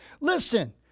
Listen